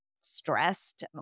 stressed